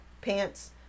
pants